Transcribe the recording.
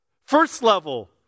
First-level